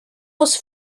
was